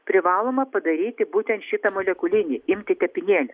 privaloma padaryti būtent šitą molekulinį imti tepinėlį